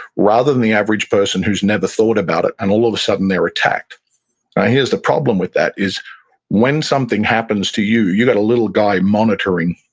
rather than the average person who's never thought about it and all of a sudden they're attacked here's the problem with that, is when something happens to you, you got a little guy monitoring,